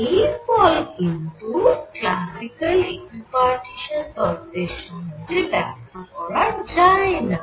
এই ফল কিন্তু ক্লাসিক্যাল ইকুইপার্টিশান তত্ত্বের সাহায্যে ব্যাখ্যা করা যায় না